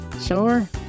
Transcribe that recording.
Sure